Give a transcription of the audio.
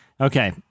Okay